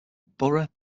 borough